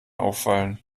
auffallen